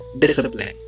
discipline